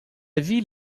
ville